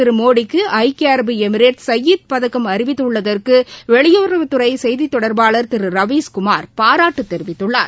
திருமோடிக்குஐக்கிய Emirates பிரதமர் Zayed பதக்கம் த அறிவித்துள்ளதற்குவெளியுறவுத்துறைசெய்திதொடர்பாளர் திருரவீஸ்குமார் பாராட்டுதெரிவித்துள்ளார்